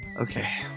Okay